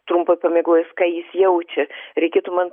trumpa pamiegojus ką jis jaučia reikėtų man